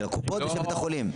של הקופות ושל בית החולים,